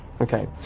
Okay